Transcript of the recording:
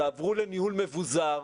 תעברו לניהול מבוזר,